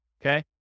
Okay